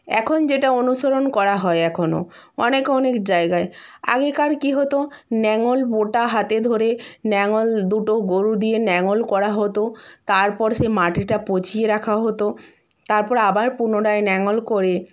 এখন যেটা অনুসরণ করা হয় এখনও অনেক অনেক জায়গায় আগেকার কী হতো নাঙল বোটা হাতে ধরে নাঙল দুটো গরু দিয়ে নাঙল করা হতো তারপর সে মাটিটা পচিয়ে রাখা হতো তারপর আবার পুনরায় নাঙল করে